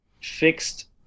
fixed